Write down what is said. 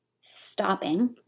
stopping